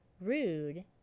rude